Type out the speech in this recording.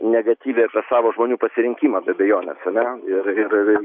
negatyviai apie savo žmonių pasirinkimą be abejonės ane ir ir